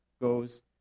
goes